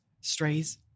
strays